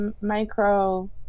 micro